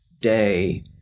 day